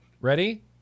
Ready